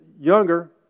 younger